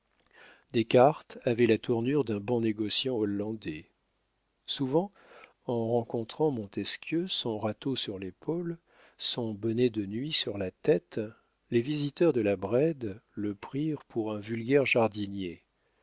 bœufs descartes avait la tournure d'un bon négociant hollandais souvent en rencontrant montesquieu son râteau sur l'épaule son bonnet de nuit sur la tête les visiteurs de la brède le prirent pour un vulgaire jardinier